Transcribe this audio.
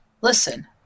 Listen